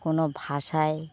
কোনো ভাষা